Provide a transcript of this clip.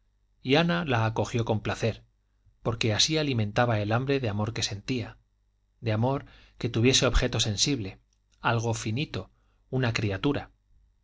y ana la acogió con placer porque así alimentaba el hambre de amor que sentía de amor que tuviese objeto sensible algo finito una criatura